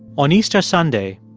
on easter sunday,